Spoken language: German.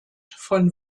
von